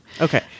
Okay